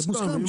מוסכם.